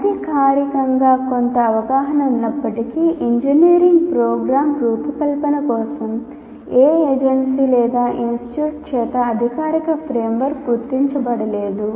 అనధికారికంగా కొంత అవగాహన ఉన్నప్పటికీ ఇంజనీరింగ్ ప్రోగ్రామ్ రూపకల్పన కోసం ఏ ఏజెన్సీ లేదా ఇన్స్టిట్యూట్ చేత అధికారిక ఫ్రేమ్వర్క్ గుర్తించబడలేదు